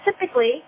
typically